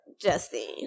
justine